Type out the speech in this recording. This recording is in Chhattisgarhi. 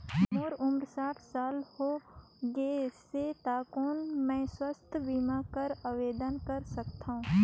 मोर उम्र साठ साल हो गे से त कौन मैं स्वास्थ बीमा बर आवेदन कर सकथव?